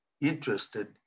interested